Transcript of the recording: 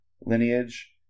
lineage